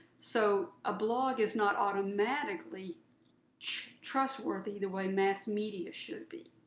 so a blog is not automatically trustworthy the way mass media should be.